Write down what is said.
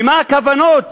מה הכוונות